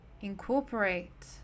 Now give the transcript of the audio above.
incorporate